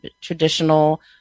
traditional